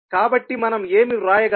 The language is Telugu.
కాబట్టి మనం ఏమి వ్రాయగలం